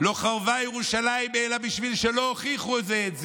"לא חרבה ירושלים אלא בשביל שלא הוכיחו זה את זה"